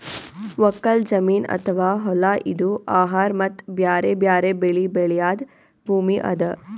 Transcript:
ಒಕ್ಕಲ್ ಜಮೀನ್ ಅಥವಾ ಹೊಲಾ ಇದು ಆಹಾರ್ ಮತ್ತ್ ಬ್ಯಾರೆ ಬ್ಯಾರೆ ಬೆಳಿ ಬೆಳ್ಯಾದ್ ಭೂಮಿ ಅದಾ